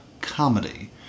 comedy